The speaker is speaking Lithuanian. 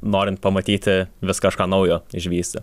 norint pamatyti vis kažką naujo išvysti